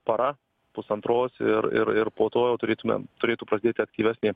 para pusantros ir ir po to jau turėtume turėtų pradėti aktyvesnį